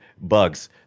bugs